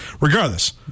regardless